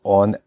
on